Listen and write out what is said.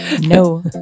No